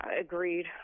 agreed